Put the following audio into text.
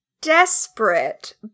desperate